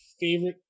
favorite